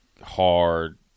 hard